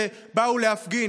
שבאו להפגין.